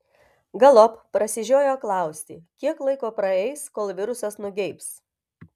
galop prasižiojo klausti kiek laiko praeis kol virusas nugeibs